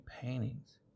paintings